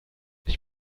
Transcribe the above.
ich